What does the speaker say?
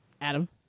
adam